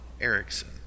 Erickson